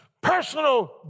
personal